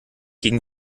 gegen